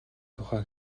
тухай